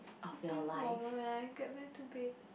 happiest moment when I get back to bed